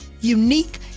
unique